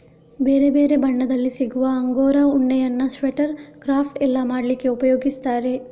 ಬೇರೆ ಬೇರೆ ಬಣ್ಣದಲ್ಲಿ ಸಿಗುವ ಅಂಗೋರಾ ಉಣ್ಣೆಯನ್ನ ಸ್ವೆಟರ್, ಕ್ರಾಫ್ಟ್ ಎಲ್ಲ ಮಾಡ್ಲಿಕ್ಕೆ ಉಪಯೋಗಿಸ್ತಾರೆ